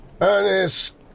Ernest